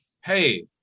hey